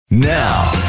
Now